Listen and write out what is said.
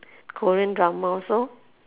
korean drama also